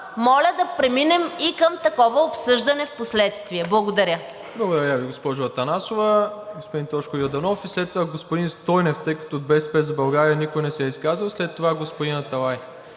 моля да преминем и към такова обсъждане впоследствие. Благодаря.